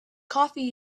coffee